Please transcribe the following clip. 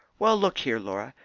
well, look here, laura,